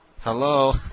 Hello